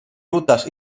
rutas